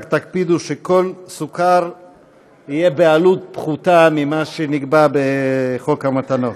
רק תקפידו שכל סוכר יהיה בעלות פחותה ממה שנקבע בחוק המתנות.